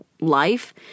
life